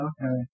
Okay